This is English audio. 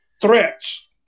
threats